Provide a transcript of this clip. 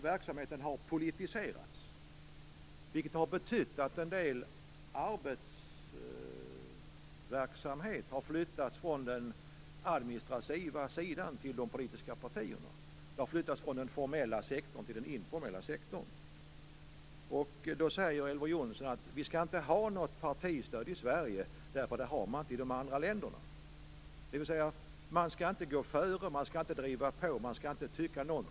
Verksamheten har politiserats, vilket har betytt att en del verksamhet har flyttats från den administrativa sidan till de politiska partierna, dvs. från den formella sektorn till den informella sektorn. Elver Jonsson säger att vi inte skall ha partistöd i Sverige. Det finns inte i de andra länderna. Dvs.: Man skall inte gå före, man skall inte driva på, man skall inte tycka något.